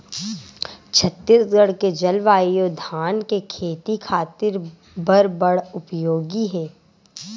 छत्तीसगढ़ के जलवायु धान के खेती खातिर बर बड़ उपयोगी हे